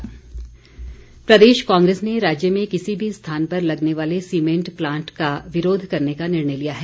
कांग्रेस प्रदेश कांग्रेस ने राज्य में किसी भी स्थान पर लगने वाले सीमेंट प्लांट का विरोध करने का निर्णय लिया है